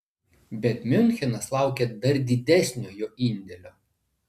bet miunchenas laukia dar didesnio jo indėlio